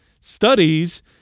studies